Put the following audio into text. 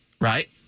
right